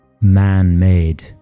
man-made